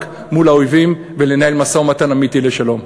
מול האויבים ולנהל משא-ומתן אמיתי לשלום.